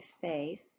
faith